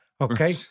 okay